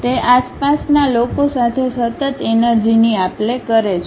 તે આસપાસના લોકો સાથે સતત એનર્જી ની આપલે કરે છે